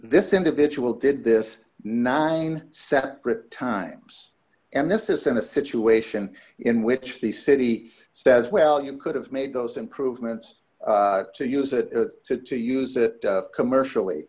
this individual did this nine separate times and this isn't a situation in which the city says well you could have made those improvements to use it to to use it commercially